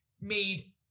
made